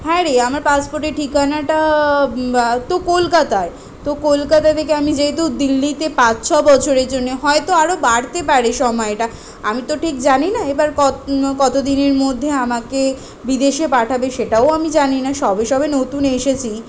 হ্যাঁ রে আমার পাসপোর্টে ঠিকানাটা তো কলকাতার তো কলকাতা থেকে আমি যেহেতু দিল্লিতে পাঁচ ছ বছরের জন্যে হয়তো আরও বাড়তে পারে সমায়টা আমি তো ঠিক জানি না এবার কতো দিনের মধ্যে আমাকে বিদেশের পাঠাবে সেটাও আমি জানি না সবে সবে নতুন এসেছি